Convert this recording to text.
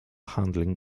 handling